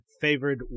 favorite